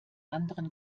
anderen